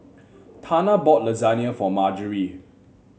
Tana bought Lasagne for Marjorie